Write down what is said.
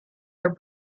are